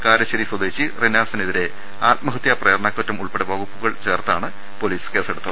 കാരശ്ശേരി സ്വദേശി റിനാസിനെതിരേ ആത്മഹത്യാ പ്രേര ണാകുറ്റം ഉൾപ്പെടെ വകുപ്പുകൾ ചേർത്താണ് പോലീസ് കേസ്സെടുത്തത്